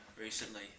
recently